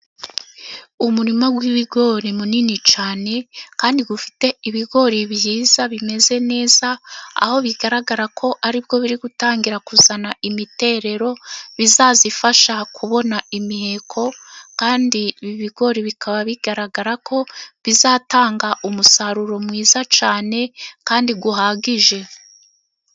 Umurima w'ibigori munini cyane kandi ufite ibigori bizaza bimeze neza, aho bigaragara ko ari bwo biri gutangira kuzana imiterero, bizabifasha kubona imiheko, kandi ibi bigori bikaba bigaragara ko bizatanga umusaruro mwiza cyane kandi uhagije.